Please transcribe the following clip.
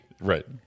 right